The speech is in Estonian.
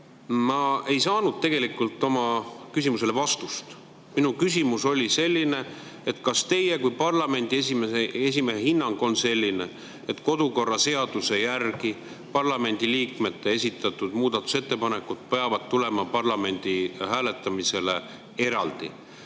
Ma ei saanud tegelikult oma küsimusele vastust. Minu küsimus oli selline: kas teie kui parlamendi esimehe hinnang on selline, et kodukorraseaduse järgi peavad parlamendi liikmete esitatud muudatusettepanekud eraldi parlamendis hääletamisele tulema?